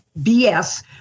BS